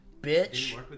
bitch